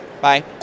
Bye